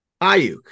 Ayuk